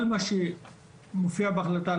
כל מה שמופיע בהחלטה,